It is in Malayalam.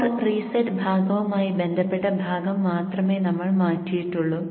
കോർ റീസെറ്റ് ഭാഗവുമായി ബന്ധപ്പെട്ട ഭാഗം മാത്രമേ നമ്മൾ മാറ്റിയിട്ടുള്ളൂ